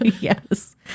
Yes